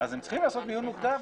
אז הם צריכים לעשות מיון מוקדם.